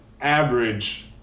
average